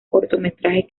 cortometrajes